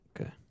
Okay